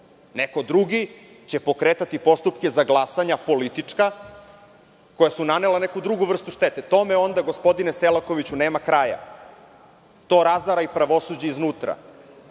drugi će pokretati postupke za politička glasanja koja su nanela neku drugu vrstu štete. Tome onda, gospodine Selakoviću, nema kraja, to razara i pravosuđe iznutra.